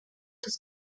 das